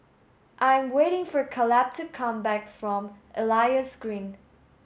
I am waiting for Kaleb to come back from Elias Green